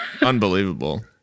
Unbelievable